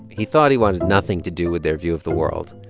he thought he wanted nothing to do with their view of the world,